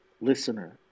listener